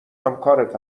همکارت